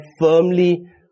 firmly